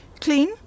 Clean